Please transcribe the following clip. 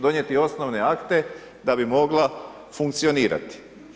Donijeti osnovne akte da bi mogla funkcionirati.